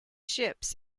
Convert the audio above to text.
ships